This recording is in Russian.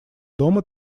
дома